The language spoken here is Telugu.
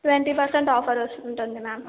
ట్వంటీ పర్సెంట్ ఆఫర్ వస్తుంది మ్యామ్